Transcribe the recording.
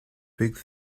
big